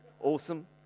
Awesome